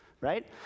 right